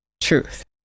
truth